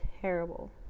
terrible